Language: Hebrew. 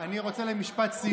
אני רוצה משפט סיום.